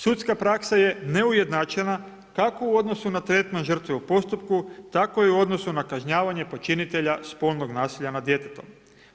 Sudska praksa je neujednačena kako u odnosu na tretman žrtve u postupku, tako i u odnosu na kažnjavanje počinitelja spolnog nasilja nad djetetom.